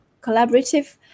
collaborative